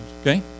okay